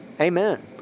Amen